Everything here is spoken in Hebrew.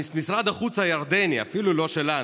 משרד החוץ הירדני, אפילו לא שלנו,